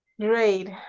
Great